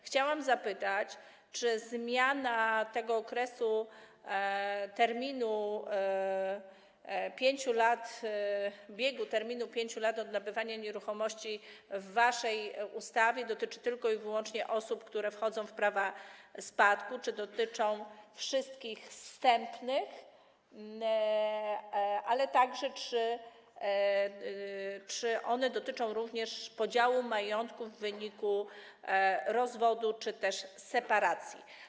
Chciałam zapytać: Czy zmiana terminu 5 lat, biegu terminu 5 lat od nabycia nieruchomości w waszej ustawie dotyczy tylko i wyłącznie osób, które nabywają prawo do spadku, czy dotyczy wszystkich zstępnych, ale także czy ona dotyczy również podziału majątku w wyniku rozwodu czy też separacji?